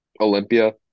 Olympia